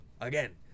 Again